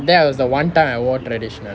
that was the [one] time I wore traditional